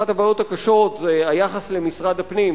אחת הבעיות הקשות זה היחס למשרד הפנים.